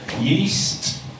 yeast